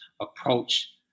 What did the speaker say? approach